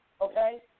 Okay